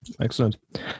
Excellent